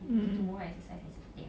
mm